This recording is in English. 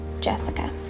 Jessica